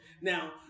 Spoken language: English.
Now